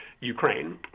Ukraine